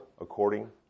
according